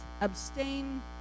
abstain